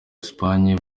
espagne